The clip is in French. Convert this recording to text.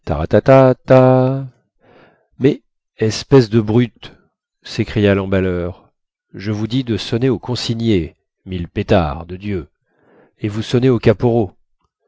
mais espèce de brute sécria lemballeur je vous dis de sonner aux consignés mille pétards de dieu et vous sonnez aux caporaux